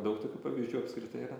daug tokių pavyzdžių apskritai yra